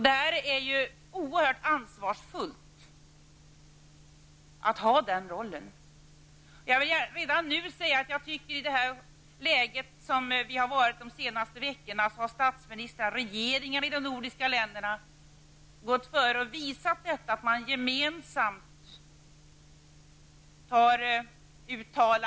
Det är oerhört ansvarsfullt att ha den rollen. I det läge som vi befunnit oss i de senaste veckorna har statsministrarna och regeringarna i de nordiska länderna gått före med gemensamma uttalanden, t.ex. om läget i Baltikum.